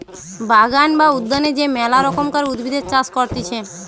বাগান বা উদ্যানে যে মেলা রকমকার উদ্ভিদের চাষ করতিছে